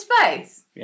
space